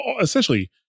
essentially